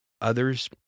Others